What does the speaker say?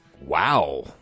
Wow